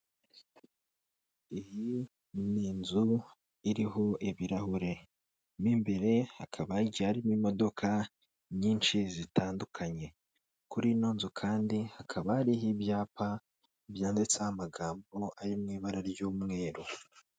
Iyi ni inzu iriho ibirahure, mo imbere hakaba hagiye harimo imodoka nyinshi zitandukanye, kuri iyo nzu kandi hakaba hariho ibyapa byanditseho amagambo ari mu ibara ry'umweru.